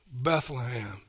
Bethlehem